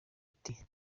ati